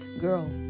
Girl